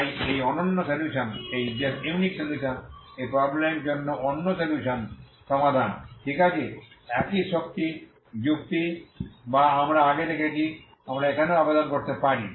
তাই এই অনন্য সলিউশন এই প্রবলেম জন্য অনন্য সলিউশন সমাধান ঠিক আছে একই শক্তি যুক্তি যা আমরা আগে দেখেছি আমরা এখানেও আবেদন করতে পারি